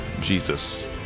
Jesus